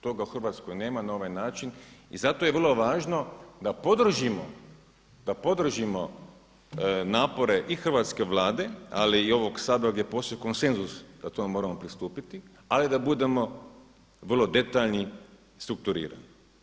Toga u Hrvatskoj nema na ovaj način i zato je vrlo važno da podržimo napore i hrvatske Vlade ali i ovog Sabora gdje postoji konsenzus da tome moramo pristupiti, ali da budemo vrlo detaljni, strukturirani.